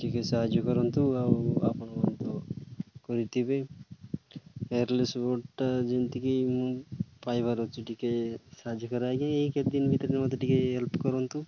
ଟିକେ ସାହାଯ୍ୟ କରନ୍ତୁ ଆଉ ଆପଣ ତ କରିଥିବେ ୱାୟର୍ଲେସ୍ ବଡ଼୍ଟା ଯେମିତିକି ମୁଁ ପାଇବାର ଅଛି ଟିକେ ସାହାଯ୍ୟ କର ଆଜ୍ଞା ଏ କେତେ ଦିନ ଭିତରେ ମୋତେ ଟିକେ ହେଲ୍ପ କରନ୍ତୁ